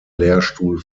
lehrstuhl